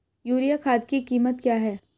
Urea खाद की कीमत क्या है?